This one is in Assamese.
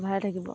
ভালে থাকিব